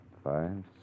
Five